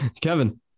Kevin